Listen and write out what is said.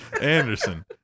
Anderson